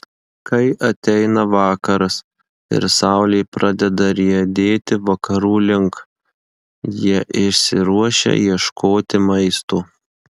kai ateina vakaras ir saulė pradeda riedėti vakarų link jie išsiruošia ieškoti maisto